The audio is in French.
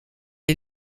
est